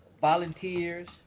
volunteers